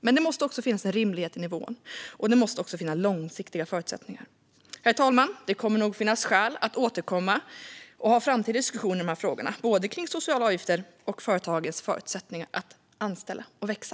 Men det måste också finnas en rimlighet i nivån och långsiktiga förutsättningar. Det kommer nog att finnas skäl att ha framtida diskussioner om både sociala avgifter och företagens förutsättningar att anställa och växa.